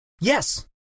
Yes